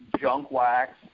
junk-wax